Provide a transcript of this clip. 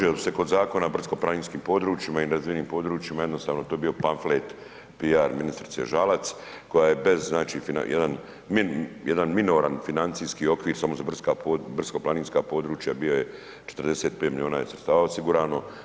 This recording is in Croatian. Pa složio bih se kod Zakona o brdsko-planinskim područjima i nerazvijenim područjima, jednostavno to je bio pamflet, PR ministrice Žalac, koja je bez znači jedan minoran financijski okvir samo za brdsko-planinska područja, bio je 45 milijuna sredstava osigurano.